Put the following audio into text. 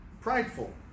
Prideful